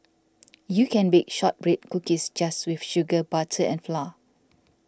you can bake Shortbread Cookies just with sugar butter and flour